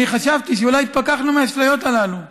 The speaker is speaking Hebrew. אני חשבתי שאולי התפכחנו מהאשליות הללו,